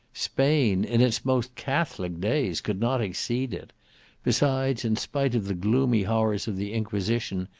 spain, in its most catholic days, could not exceed it besides, in spite of the gloomy horrors of the inquisition,